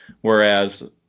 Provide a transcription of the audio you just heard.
whereas